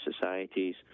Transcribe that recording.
societies